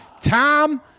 Tom